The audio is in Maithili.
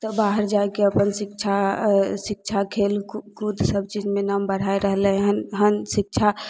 तऽ बाहर जाइके अपन शिक्षा शिक्षा खेल कु कूद सब चीजमे नाम बढ़ाय रहलय हन हन शिक्षा